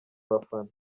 abafana